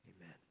Amen